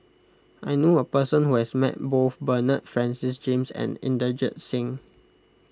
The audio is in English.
I know a person who has met both Bernard Francis James and Inderjit Singh